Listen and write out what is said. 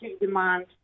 demand